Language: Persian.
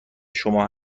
شما